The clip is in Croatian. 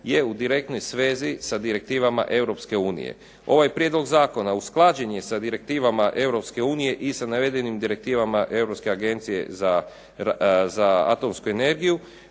je u direktnoj svezi sa direktivama Europske unije. Ovaj prijedlog zakona usklađen je sa direktivama Europske unije i sa navedenim direktivama Europske agencije